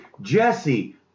Jesse